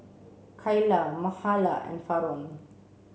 Kaila Mahala and Faron